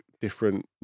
different